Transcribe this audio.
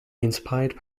inspired